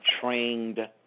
trained